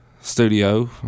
studio